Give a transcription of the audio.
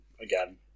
Again